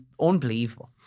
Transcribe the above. unbelievable